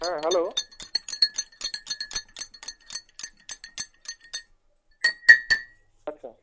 হ্যাঁ হ্যালো আচ্ছা